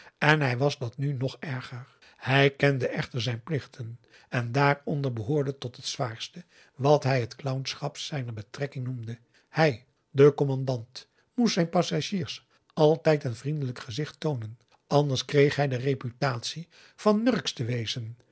en hij was dat nu nog erger hij kende echter zijn plichten en daaronder behoorde tot het zwaarste wat hij het clownschap zijner betrekking noemde hij de commandant moest zijn passagiers altijd een vriendelijk gezicht toonen anders kreeg hij de reputatie van